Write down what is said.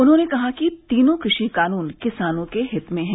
उन्होंने कहा कि तीनों कृषि कानून किसानों के हित में हैं